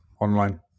online